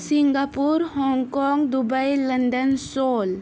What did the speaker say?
Singapore Hong Kong Dubai London Seoul